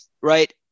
right